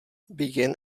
began